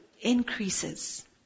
increases